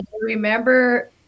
remember